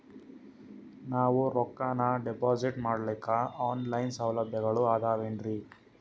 ನಾವು ರೊಕ್ಕನಾ ಡಿಪಾಜಿಟ್ ಮಾಡ್ಲಿಕ್ಕ ಆನ್ ಲೈನ್ ಸೌಲಭ್ಯಗಳು ಆದಾವೇನ್ರಿ?